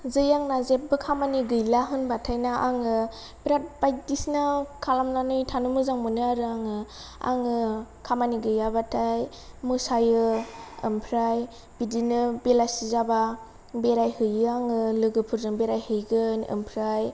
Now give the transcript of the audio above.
जै आंना जेबबो खामानि गैला होनबाथायना आङो बेराद बायदिसिना खालामनानै थानो मोजां मोनो आरो आङो आङो खामानि गैयाबाथाय मोसायो ओमफ्राय बिदिनो बेलासि जाबा बेरायहैयो आङो लोगोफोरजों बेरायहैगोन ओमफ्राय